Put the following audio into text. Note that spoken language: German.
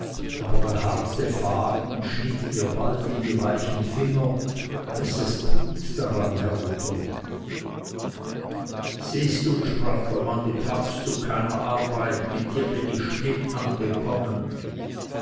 aber der harte faden schnitt ihr bald in die weichen finger daß das blut daran herunterlief siehst du sprach der mann du taugst zu keiner arbeit mit dir bin ich schlimm angekommen